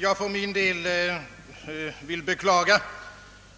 Herr talman! Jag vill beklaga,